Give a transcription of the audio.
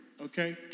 Okay